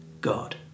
God